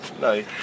No